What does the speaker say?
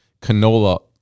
Canola